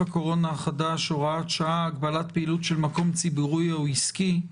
הקורונה החדש (הוראת שעה) (הגבלת פעילות של מקום ציבורי או עסקי),